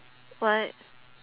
what